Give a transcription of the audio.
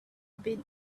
been